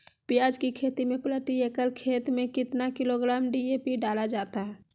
प्याज की खेती में प्रति एकड़ खेत में कितना किलोग्राम डी.ए.पी डाला जाता है?